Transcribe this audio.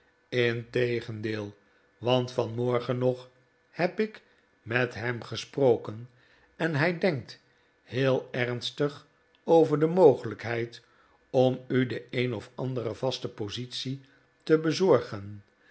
integendeel want vanmorgen nog heb ik met hem gesproken en hij denkt heel ernstig over de mogelijkheid om u de een of andere vastere positie te bezorgen